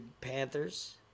Panthers